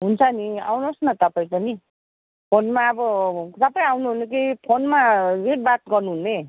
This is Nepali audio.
हुन्छ नि आउनुहोस् न तपाईँ पनि फोनमा अब तपाईँ आउनु हुने कि फोनमा बात गर्नुहुने